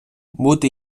бути